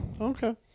okay